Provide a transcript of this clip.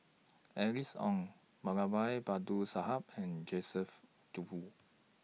Alice Ong Babu Sahib and Joseph Grimberg